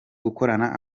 gukorana